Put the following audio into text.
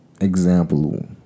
example